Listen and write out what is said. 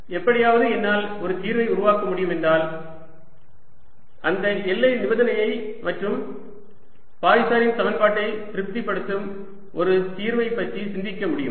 எப்படியாவது என்னால் ஒரு தீர்வை உருவாக்க முடியும் என்றால் அந்த எல்லை நிபந்தனையை மற்றும் பாய்சனின் சமன்பாட்டை திருப்திப்படுத்தும் ஒரு தீர்வைப் பற்றி சிந்திக்க முடியும்